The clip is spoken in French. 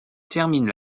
termine